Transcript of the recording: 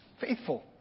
faithful